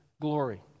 glory